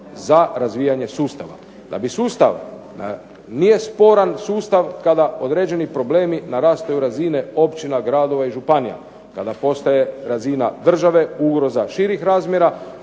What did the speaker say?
za razvijanje sustava. Da bi sustav, nije sporan sustav kada određeni problemi narastu na razini općina, gradova i županija. Kada postaje razina države, ugroza širih razmjera,